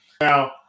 now